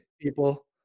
people